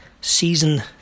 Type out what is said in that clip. season